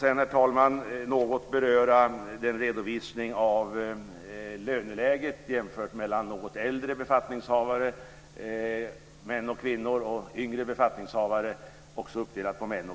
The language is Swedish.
Jag tänkte sedan något beröra redovisningen av löneläget och jämförelser mellan något äldre befattningshavare, män och kvinnor, och yngre befattningshavare.